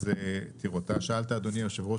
אדוני היושב-ראש,